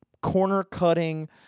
corner-cutting